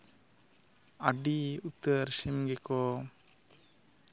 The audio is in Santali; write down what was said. ᱟᱹᱰᱤ ᱩᱛᱟᱹᱨ ᱥᱤᱢ ᱜᱮᱠᱚ